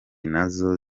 nazo